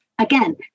Again